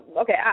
Okay